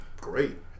great